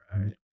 Right